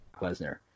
Lesnar